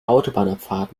autobahnabfahrt